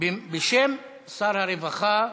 בשם שר הרווחה